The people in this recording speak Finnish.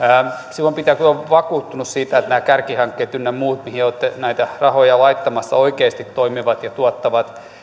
silloin pitää kyllä olla vakuuttunut siitä että nämä kärkihankkeet ynnä muut mihin olette näitä rahoja laittamassa oikeasti toimivat ja tuottavat